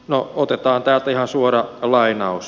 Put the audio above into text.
no otetaan täältä ihan suora lainaus